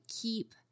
keep